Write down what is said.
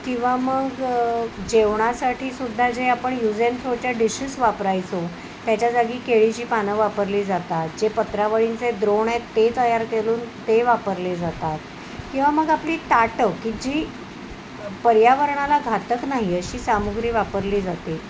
किंवा मग जेवणासाठी सुद्धा जे आपण यूज अँड थ्रोच्या डिशेस वापरायचो त्याच्याजागी केळीची पानं वापरली जातात जे पत्रावळींचे द्रोण आहेत ते तयार केलून ते वापरले जातात किंवा मग आपली ताटं की जी पर्यावरणाला घातक नाही अशी सामग्री वापरली जाते